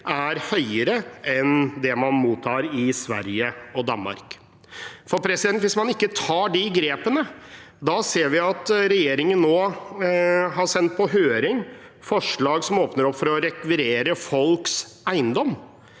er høyere enn det man mottar i Sverige og Danmark. Hvis man ikke tar de grepene – da ser vi at regjeringen nå har sendt på høring forslag som åpner opp for å rekvirere folks eiendom,